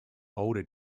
older